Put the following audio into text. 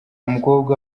mukobwa